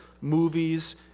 movies